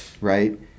right